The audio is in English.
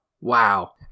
Wow